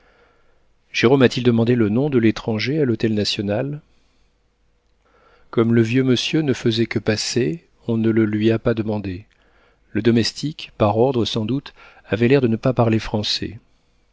a-t-il demandé le nom de l'étranger à l'hôtel national comme le vieux monsieur ne faisait que passer on ne le lui a pas demandé le domestique par ordre sans doute avait l'air de ne pas parler français